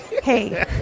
Hey